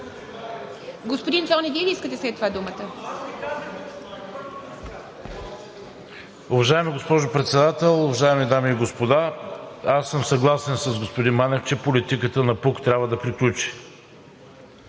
Господин Цонев, и Вие ли искате след това думата?